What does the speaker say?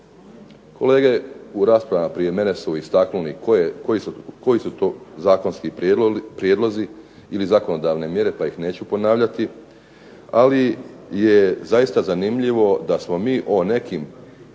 Kolege u raspravama prije mene su istaknuli koji su to zakonski prijedlozi ili zakonodavne mjere koje neću ponavljati, ali je zaista zanimljivo da smo mi o nekim